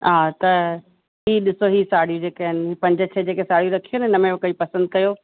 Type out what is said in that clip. हा त हीअ ॾिसो हीअ साड़ियूं जेके आहिनि पंज छह जेके साड़ियूं रखी आहिनि हिन में कोई पसंदि कयो